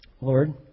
Lord